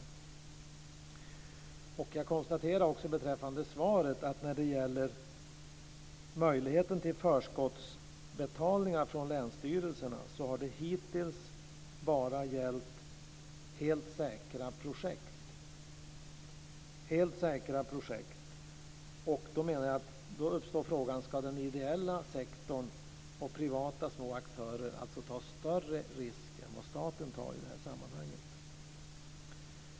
Beträffande svaret konstaterar jag också att det när det gäller möjligheten till förskottsutbetalningar från länsstyrelserna bara har gällt helt säkra projekt. Då uppstår frågan: Skall den ideella sektorn och privata små aktörer alltså ta en större risk än vad staten tar i det här sammanhanget?